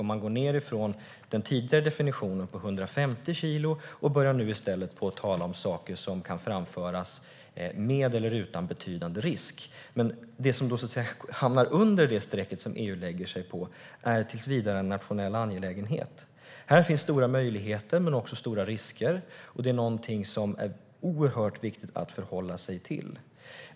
Man går ned från den tidigare definitionen, 150 kilo, och börjar nu i stället tala om saker som kan framföras med eller utan betydande risk. Men det som hamnar under den nivå som EU lägger sig på är tills vidare en nationell angelägenhet. Här finns stora möjligheter men också stora risker. Det är något som det är oerhört viktigt att förhålla sig till.